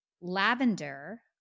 lavender